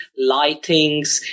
lightings